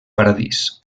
paradís